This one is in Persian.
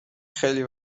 خیلی